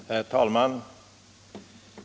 Herr talman!